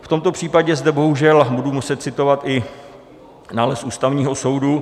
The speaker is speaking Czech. V tomto případě zde bohužel budu muset citovat i nález Ústavního soudu: